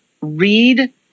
read